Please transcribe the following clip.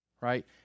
right